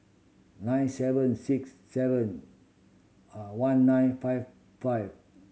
nine seven six seven one nine five five